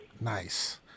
nice